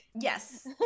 Yes